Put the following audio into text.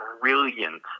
brilliant